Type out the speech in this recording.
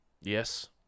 Yes